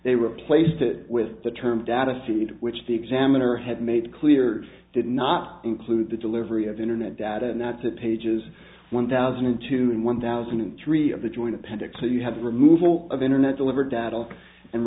they replaced it with the term data seed which the examiner had made clear to did not include the delivery of internet data and that's at pages one thousand and two and one thousand and three of the joint appendix so you have the removal of internet